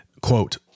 Quote